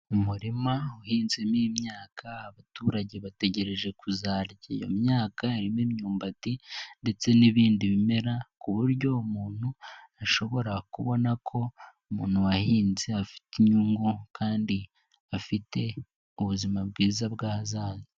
Mu muririma uhinzemo imyaka abaturage bategereje kuzarya iyo myaka harimo imyumbati ndetse n'ibindi bimera ku buryo umuntu ashobora kubona ko umuntu wahinze afite inyungu kandi afite ubuzima bwiza bwahazaza.